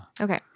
Okay